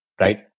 right